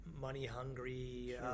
money-hungry